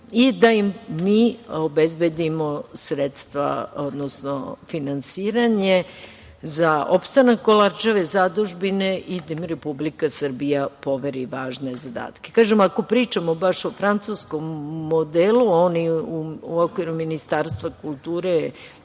i da im mi obezbedimo sredstva, odnosno finansiranje za opstanak Kolarčeve zadužbine i da im Republika Srbija poveri važne zadatke. Kažem, ako pričamo baš o francuskom modelu, oni u okviru Ministarstva kulture